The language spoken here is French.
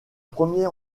premier